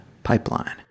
Pipeline